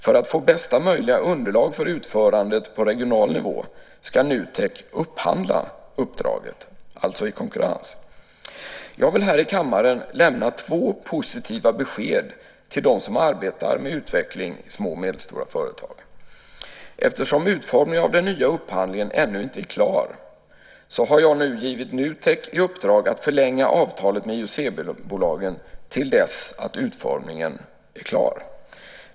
För att få bästa möjliga underlag för utförandet på regional nivå ska Nutek upphandla uppdraget, alltså i konkurrens. Jag vill här i kammaren lämna två positiva besked till dem som arbetar med utveckling i små och medelstora företag. Eftersom utformningen av den nya upphandlingen ännu inte är klar, har jag nu gett Nutek i uppdrag att förlänga avtalet med IUC-bolagen till dess att utformningen är klar.